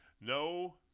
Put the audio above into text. no